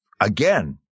again